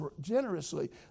generously